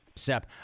Sep